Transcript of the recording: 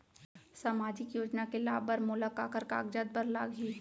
सामाजिक योजना के लाभ बर मोला काखर कागजात बर लागही?